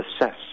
assess